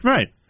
Right